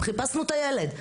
חיפשנו את הילד.